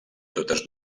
totes